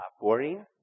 boring